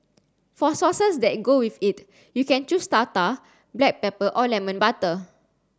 for sauces that go with it you can choose tartar black pepper or lemon butter